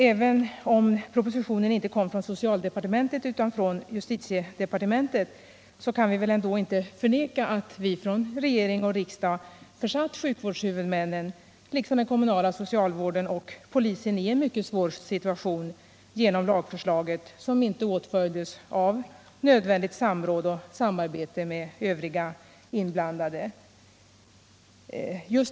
Även om propositionen inte kom från socialdepartementet utan från justitiedepartementet kan vi inte förneka att regering och riksdag försatt sjukvårdshuvudmännen liksom den kommunala socialvården och polisen i en mycket svår situation genom att lagförslaget inte åtföljdes av nödvändigt samråd och samarbete med övriga inblandade.